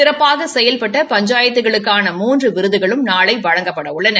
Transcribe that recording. சிறப்பாக செயல்பட்ட பஞ்சாயத்துகளுக்கான மூன்று விருதுகளும் நாளை வழங்கப்படுகிறது